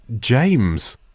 James